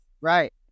Right